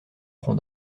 tronc